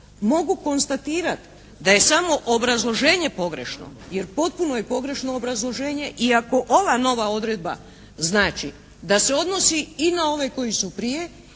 mogu konstatirati da je samo obrazloženje pogrešno, jer potpuno je pogrešno obrazloženje i ako ova nova odredba znači da se odnosi i na ove koji su prije